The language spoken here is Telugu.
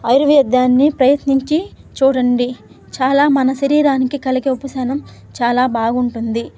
ఆయుర్వేదాన్ని ప్రయత్నించి చూడండి చాలా మన శరీరానికి కలిగే ఉపశమనం చాలా బాగుంటుంది